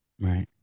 Right